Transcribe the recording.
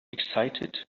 excited